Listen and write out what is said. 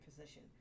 position